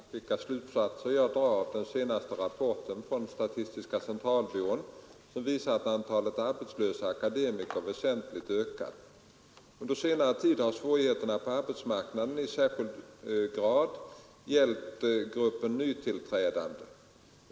Fru talman! Herr Wijkman har frågat vilka slutsatser jag drar av den senaste rapporten från statistiska centralbyrån som visar att antalet arbetslösa akademiker väsentligt ökat. Under senare tid har svårigheterna på arbetsmarknaden i särskilt hög grad gällt gruppen nytillträdande.